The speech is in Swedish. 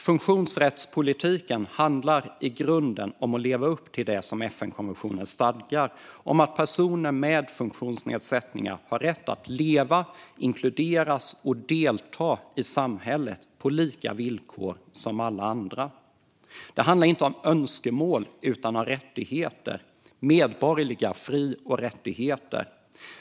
Funktionsrättspolitiken handlar i grunden om att leva upp till det som FN-konventionen stadgar om att personer med funktionsnedsättningar har rätt att leva, inkluderas och delta i samhället på samma villkor som alla andra. Det handlar inte om önskemål utan om rättigheter - medborgerliga fri och rättigheter.